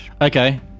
Okay